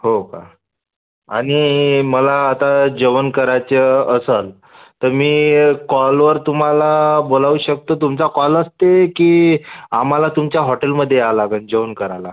हो का आणि मला आता जेवण करायचं असंल तर मी कॉलवर तुम्हाला बोलावू शकतो तुमचा कॉल असते की आम्हाला तुमच्या हॉटेलमध्ये यावं लागेल जेवण करायला